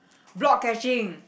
block catching